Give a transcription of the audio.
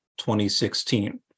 2016